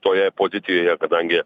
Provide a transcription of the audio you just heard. toje pozicijoje kadangi